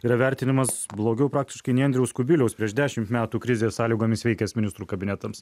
yra vertinimas blogiau praktiškai nei andriaus kubiliaus prieš dešim metų krizės sąlygomis veikęs ministrų kabinetams